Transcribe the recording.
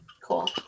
Cool